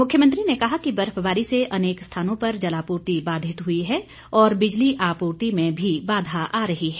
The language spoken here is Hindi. मुख्यमंत्री ने कहा कि बर्फबारी से अनेक स्थानों पर जलापूर्ति बाधित हुई है और बिजली आपूर्ति में भी बाधा आ रही है